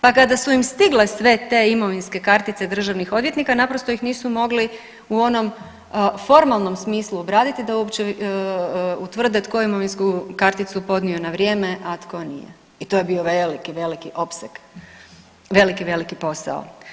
Pa kada su im stigle sve te imovinske kartice državnih odvjetnika naprosto ih nisu mogli u onom formalnom smislu obraditi da uopće utvrde tko je imovinsku karticu podnio na vrijeme, a tko nije i to je bio veliki, veliki opseg, veliki, veliki posao.